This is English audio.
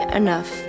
enough